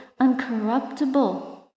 uncorruptible